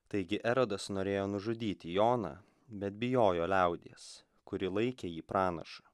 taigi erodas norėjo nužudyti joną bet bijojo liaudies kuri laikė jį pranašu